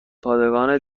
پادگان